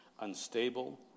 unstable